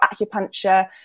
acupuncture